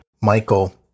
Michael